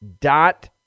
dot